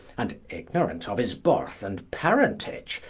and ignorant of his birth and parentage,